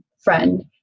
friend